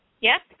Yes